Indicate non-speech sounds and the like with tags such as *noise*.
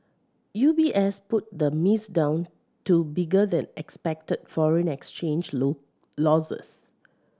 U B S put the miss down to bigger than expected foreign exchange *unintelligible* losses